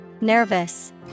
Nervous